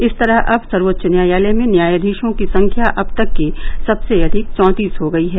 इस तरह अब सर्वोच्च न्यायालय में न्यायाधीशों की संख्या अब तक की सबसे अधिक चौतीस हो गई है